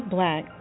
Black